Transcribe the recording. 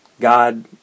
God